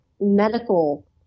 medical